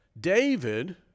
David